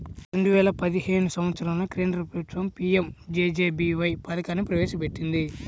రెండేల పదిహేను సంవత్సరంలో కేంద్ర ప్రభుత్వం పీ.యం.జే.జే.బీ.వై పథకాన్ని మొదలుపెట్టింది